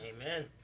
Amen